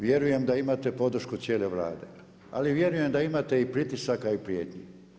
Vjerujem da imate podršku cijele Vlade, ali vjerujem da imate i pritisaka i prijetnji.